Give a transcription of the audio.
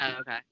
okay